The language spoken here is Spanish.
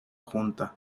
junta